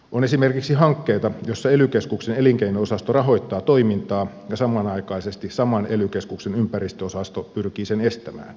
on esimerkiksi hankkeita joissa ely keskuksen elinkeino osasto rahoittaa toimintaa ja samanaikaisesti saman ely keskuksen ympäristöosasto pyrkii sen estämään